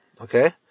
Okay